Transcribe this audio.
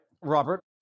Robert